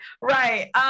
Right